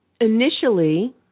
initially